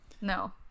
No